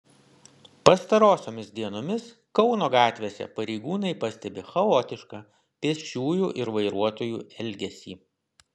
pastarosiomis dienomis kauno gatvėse pareigūnai pastebi chaotišką pėsčiųjų ir vairuotojų elgesį